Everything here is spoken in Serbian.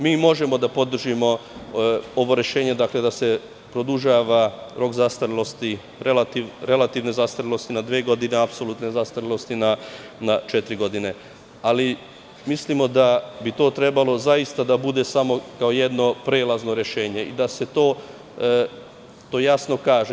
Mi možemo da podržimo ovo rešenje da se produžava rok zastarelosti, relativne zastarelosti na dve godine, a apsolutne zastarelosti na četiri godine, ali mislimo da bi to trebalo zaista da bude kao jedno prelazno rešenje i da se to jasno kaže.